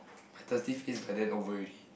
my thirsty phase by then over already